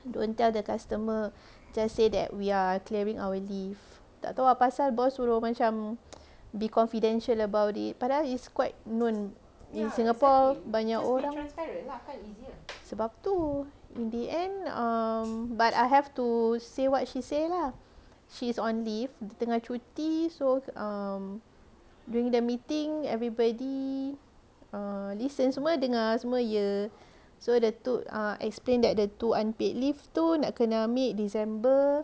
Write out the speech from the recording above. don't tell the customer just say that we are clearing our leave tak tahu apasal boss suruh macam be confidential about it padahal it's quite known in singapore banyak orang sebab tu in the end um but I have to say what she say lah she's on leave dia tengah cuti so um during the meeting everybody um listen semua dengar semua ye so the two err explain that the two unpaid leave tu nak kena ambil december